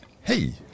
Hey